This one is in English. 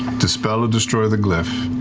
dispel dispel or the glyph,